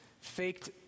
faked